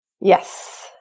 Yes